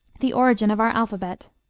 the origin of our alphabet